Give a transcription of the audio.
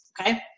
okay